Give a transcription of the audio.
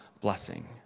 blessing